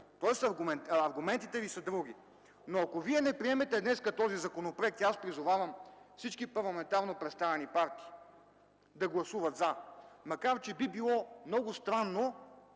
тоест аргументите Ви са други. Вие не приемате днес този законопроект и аз призовавам всички парламентарно представени партии да гласуват „за”, макар че би било много странно